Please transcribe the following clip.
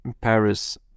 Paris